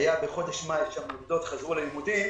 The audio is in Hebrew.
היה חודש מאי 2020 כשהמוסדות חזרו ללימודים